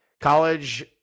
college